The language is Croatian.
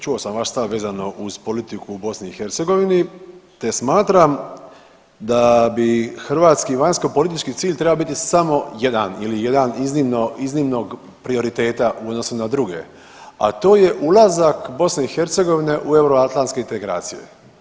Čuo sam vaš stave vezano uz politiku u BiH te smatram da bi hrvatski vanjskopolitički cilj trebao biti samo jedan ili jedan iznimnog prioriteta u odnosu na druge, a to je ulazak u BiH u euroatlantske integracije.